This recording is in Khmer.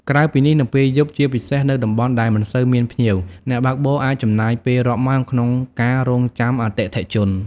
ក្រៅពីនេះ នៅពេលយប់ ជាពិសេសនៅតំបន់ដែលមិនសូវមានភ្ញៀវ អ្នកបើកបរអាចចំណាយពេលរាប់ម៉ោងក្នុងការ រង់ចាំអតិថិជន។